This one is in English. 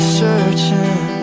searching